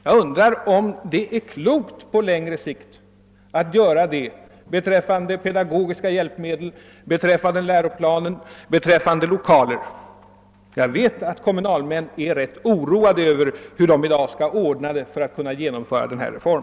Jag undrar om det på längre sikt är klokt att göra det när det gäller pedagogiska hjälpmedel, läroplaner och lokaler. Jag vet att kommunalmännen är ganska oroade över hur de i dag skall ordna det för att kunna genomföra denna reform.